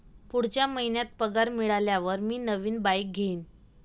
पुढच्या महिन्यात पगार मिळाल्यावर मी नवीन बाईक घेईन